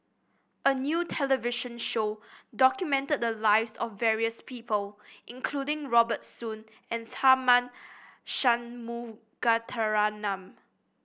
a new television show documented the lives of various people including Robert Soon and Tharman Shanmugaratnam